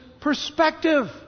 perspective